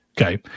Okay